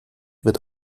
wird